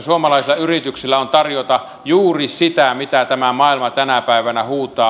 suomalaisilla yrityksillä on tarjota juuri sitä mitä tämä maailma tänä päivänä huutaa